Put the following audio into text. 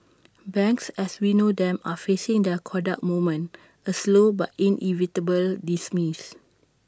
banks as we know them are facing their Kodak moment A slow but inevitable dismiss